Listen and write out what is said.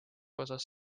osas